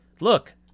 look